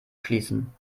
schließen